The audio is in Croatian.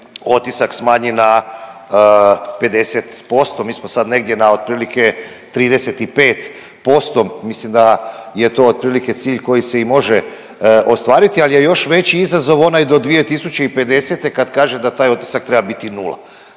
otisak smanji na 50%, mi smo sad negdje na otprilike 35%, mislim da je to otprilike i cilj koji se i može ostvariti, ali je još veći izazov onaj do 2050. kad kaže da taj otisak treba biti 0.